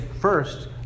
first